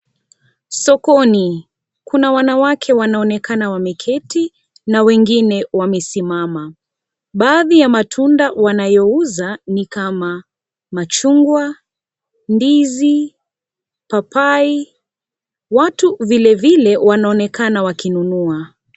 Sokoni, kuna wanawake wanaonekana wameketi, na wengine wamesimama. Baadhi ya matunda wanayouza ni kama machungwa, ndizi, papai, watu vile vile wanaonekana wakinunua.